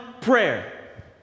prayer